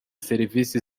serivisi